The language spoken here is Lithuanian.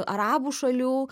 arabų šalių